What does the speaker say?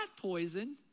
poison